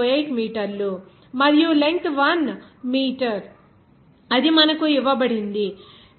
08 మీటర్లు మరియు length 1 metre అది మనకు ఇవ్వబడింది